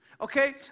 Okay